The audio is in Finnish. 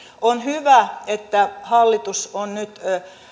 on hyvä että hallitus on nyt